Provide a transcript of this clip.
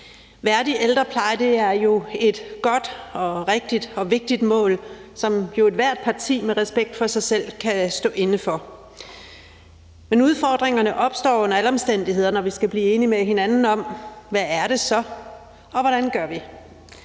Værdig ældrepleje er jo et godt, rigtigt og vigtigt mål, som ethvert parti med respekt for sig selv jo kan stå inde for, men udfordringerne opstår under alle omstændigheder, når vi skal blive enige med hinanden om, hvad det så er, og hvordan vi